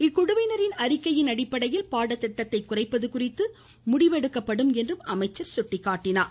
இக்குழுவினரின் அறிக்கையின் அடிப்படையில் பாடத்திட்டத்தை குறைப்பது குறித்து முடிவெடுக்கப்படும் என்றும் அவர் தெரிவித்தார்